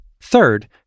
Third